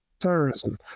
terrorism